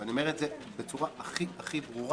ואני אומר את זה בצורה הכי הכי ברורה,